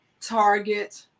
Target